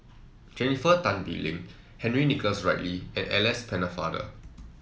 Jennifer Tan Bee Leng Henry Nicholas Ridley and Alice Pennefather